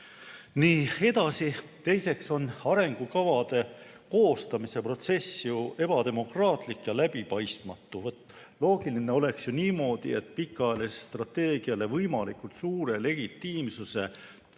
Nii, edasi. Teiseks on arengukavade koostamise protsess ebademokraatlik ja läbipaistmatu. Loogiline oleks ju niimoodi, et pikaajalisele strateegiale võimalikult suure legitiimsuse tagamiseks